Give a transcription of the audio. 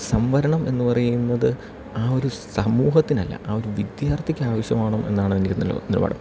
സംവരണം എന്ന് പറയുന്നത് ആ ഒരു സമൂഹത്തിനല്ല ആ ഒരു വിദ്യാർത്ഥിക്ക് ആവശ്യമാവണം എന്നാണ് എൻ്റെ ഒരു നില നിലപാട്